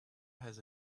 has